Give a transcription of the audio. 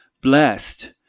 blessed